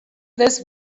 this